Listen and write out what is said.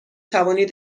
توانید